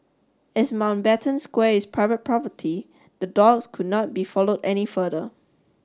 as Mountbatten Square is private property the dogs could not be followed any further